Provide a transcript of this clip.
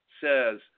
says